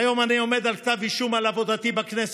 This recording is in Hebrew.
והיום אני עומד על כתב אישום על עבודתי בכנסת,